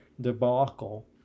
debacle